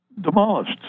demolished